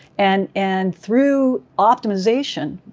and and through optimization,